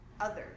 others